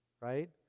right